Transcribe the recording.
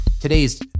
today's